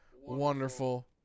wonderful